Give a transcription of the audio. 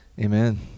Amen